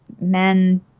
men